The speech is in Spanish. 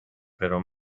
pero